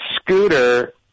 Scooter